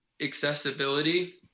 accessibility